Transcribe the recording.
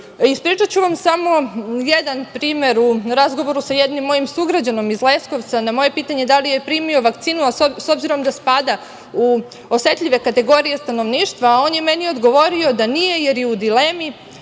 Ispričaću vam samo jedan primer, u razgovoru sa jednim mojim sugrađaninom iz Leskovca, na moje pitanje - da li je primio vakcinu s obzirom da spada u osetljive kategorije stanovništva on je meni odgovorio da nije jer je u dilemi